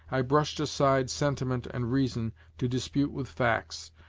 i brushed aside sentiment and reason to dispute with facts,